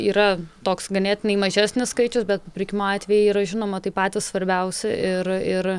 yra toks ganėtinai mažesnis skaičius bet papirkimo atvejai yra žinoma tai patys svarbiausi ir ir